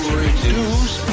reduce